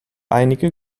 einige